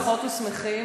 שמחות ושמחים,